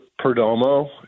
Perdomo